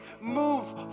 move